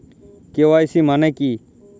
KYC মানে কী?